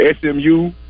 SMU